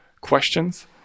questions